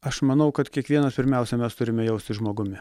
aš manau kad kiekvienas pirmiausia mes turime jaustis žmogumi